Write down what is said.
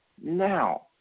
now